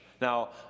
Now